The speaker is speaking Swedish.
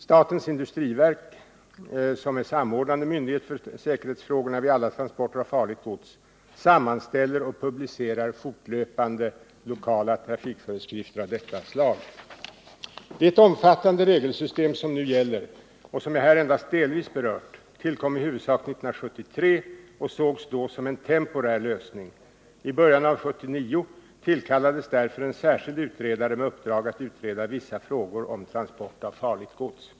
Statens industriverk, som är samordnande myndighet för säkerhetsfrågorna vid alla transporter av farligt gods, sammanställer och publicerar fortlöpande lokala trafikföreskrifter av detta slag. Det omfattande regelsystem som nu gäller och som jag här endast delvis berört tillkom i huvudsak år 1973 och sågs då som en temporär lösning. I början av 1979 tillkallades därför en särskild utredare med uppdrag att utreda vissa frågor om transport av farligt gods .